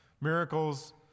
Miracles